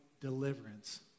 deliverance